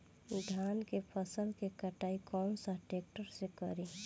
धान के फसल के कटाई कौन सा ट्रैक्टर से करी?